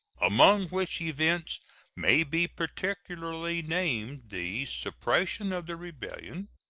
among which events may be particularly named the suppression of the rebellion,